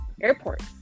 Airport